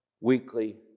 weekly